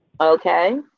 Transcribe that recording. Okay